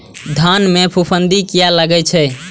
धान में फूफुंदी किया लगे छे?